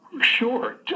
Sure